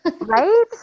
right